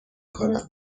کنم